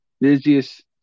busiest